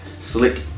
slick